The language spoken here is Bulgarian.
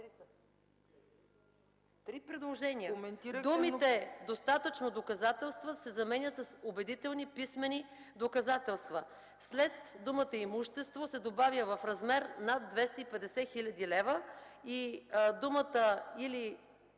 три предложения: думите „достатъчно доказателства” се заменят с „убедителни писмени доказателства”. След думата „имущество” се добавя „в размер на 250 хил. лв.” и думите „или